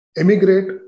emigrate